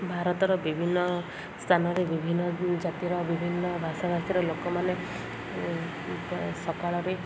ଭାରତର ବିଭିନ୍ନ ସ୍ଥାନରେ ବିଭିନ୍ନ ଜାତିର ବିଭିନ୍ନ ଭାଷାଭାଷୀର ଲୋକମାନେ ସକାଳରେ